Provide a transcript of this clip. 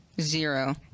zero